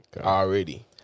already